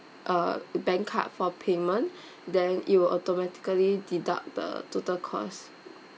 uh bank card for payment then it will automatically deduct the total cost